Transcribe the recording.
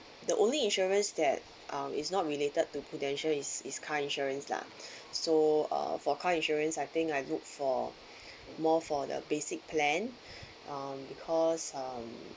the only insurance that um is not related to Prudential is is car insurance lah so uh for car insurance I think I look for more for the basic plan um because um